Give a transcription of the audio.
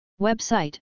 Website